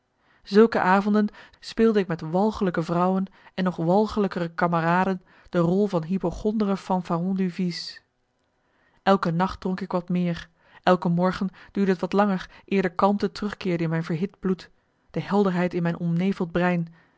zulke avonden speelde ik met walgelijke vrouwen en nog walgelijkere kameraden de rol van hypochondere fanfaron du vice elke nacht dronk ik wat meer elke morgen duurde t wat langer eer de kalmte terugkeerde in mijn verhit bloed de helderheid in mijn omneveld brein